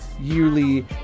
yearly